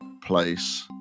place